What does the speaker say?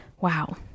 wow